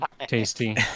Tasty